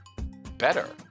better